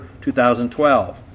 2012